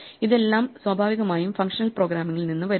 ഇതെല്ലാം സ്വാഭാവികമായും ഫങ്ഷണൽ പ്രോഗ്രാമിങ്ങിൽ നിന്ന് വരുന്നു